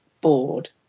bored